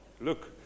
Look